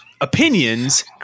opinions